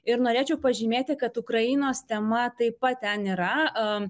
ir norėčiau pažymėti kad ukrainos tema taip pat ten yra